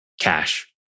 cash